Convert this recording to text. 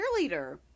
cheerleader